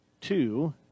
two